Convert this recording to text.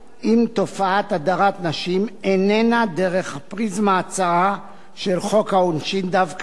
עם תופעת הדרת נשים איננה דרך הפריזמה הצרה של חוק העונשין דווקא,